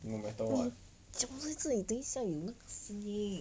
no matter what